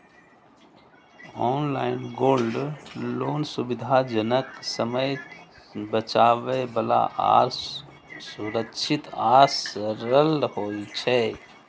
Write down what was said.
online gold loan सुविधाजनक, समय बचाबै बला आ सुरक्षित आ सरल होइ छै